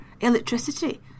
electricity